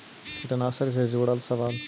कीटनाशक से जुड़ल सवाल?